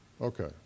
Okay